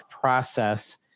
process